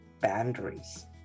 boundaries